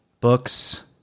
books